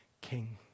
King